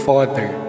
Father